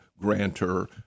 grantor